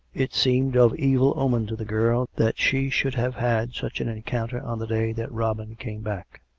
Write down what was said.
it seemed of evil omen to the girl that she should have had such an encounter on the day that robin came back.